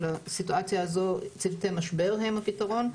לסיטואציה הזו צוותי משבר הם הפתרון.